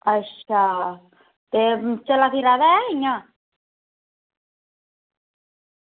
अच्छा ते चला फिरा दा ऐ इ'यां